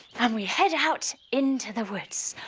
and we head out into the woods.